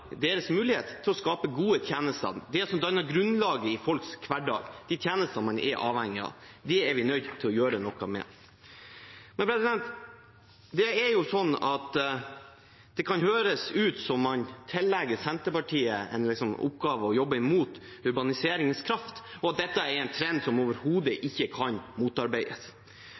deres mulighet til å skape gode tjenester, det som danner grunnlaget i folks hverdag, de tjenestene man er avhengige av. Det er vi nødt til å gjøre noe med. Det kan høres ut som man liksom tillegger Senterpartiet oppgaven å jobbe mot urbaniseringens kraft, og at dette er en trend som overhodet ikke kan motarbeides.